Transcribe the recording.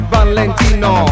Valentino